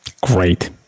Great